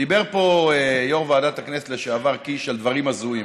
דיבר פה יו"ר ועדת הכנסת לשעבר קיש על דברים הזויים,